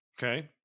Okay